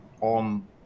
on